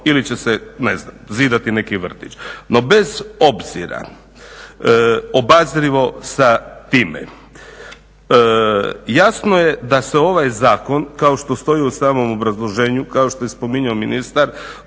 ili će se zidati neki vrtić. No bez obzira obazrivo sa time. Jasno je da se ovaj zakon kao što stoji u samom obrazloženju kao što je spominjao ministar